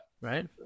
Right